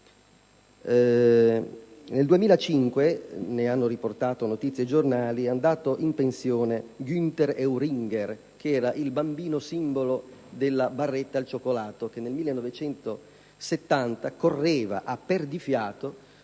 Nel 2005 - ne hanno riportato notizia i giornali - è andato "in pensione" Günter Euringer, il bambino simbolo della barretta al cioccolato, che nel 1970 correva a perdifiato